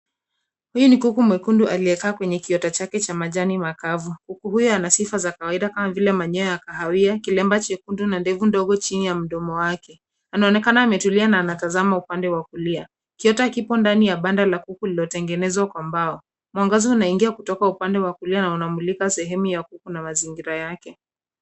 Huyu ni kuku mwekundu aliyekaa kwenye kiota chake cha majani makavu. Kuku huyu ana sifa za kawaida kama vile manyoya ya kahawia, kilemba chekundu na ndevu ndogo chini ya mdomo wake. Anaonekana ametulia na anatazama upande wa kulia. Kiota kipo ndani ya banda la kuku lililotengenezwa kwa mbao. Mwangaza unaingia kutoka upande wa kulia na unamlika sehemu ya kuku na mazingira yake.